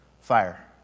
fire